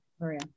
Maria